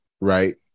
right